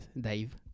Dave